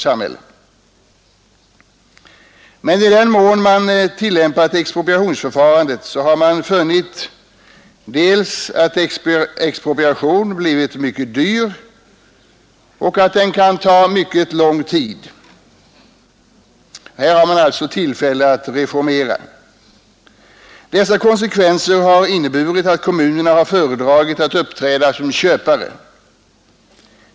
I den mån man tillämpat expropriationsförfarandet har man funnit dels att en expropriation blir mycket dyr, dels att den kan ta mycket lång tid. Här har man alltså något som kan reformeras. Dessa konsekvenser har gjort att kommunerna föredragit att uppträda som köpare.